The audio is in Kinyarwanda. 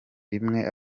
rimwe